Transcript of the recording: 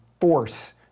force